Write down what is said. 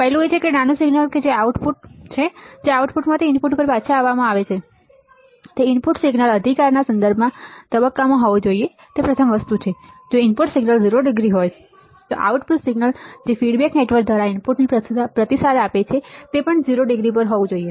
પહેલું એ છે કે નાનું સિગ્નલ કે જે આઉટપુટ છે જે આઉટપુટમાંથી ઇનપુટ પર પાછા આપવામાં આવે છે તે ઇનપુટ સિગ્નલ અધિકારના સંદર્ભમાં તબક્કામાં હોવું જોઈએ જે પ્રથમ વસ્તુ છે કે જો ઇનપુટ સિગ્નલ 0 ડિગ્રી હોય આઉટપુટ સિગ્નલ જે ફીડબેક નેટવર્ક દ્વારા ઇનપુટને પ્રતિસાદ આપે છે તે પણ 0 ડિગ્રી પર હોવો જોઈએ